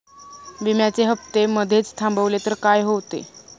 विम्याचे हफ्ते मधेच थांबवले तर काय होते?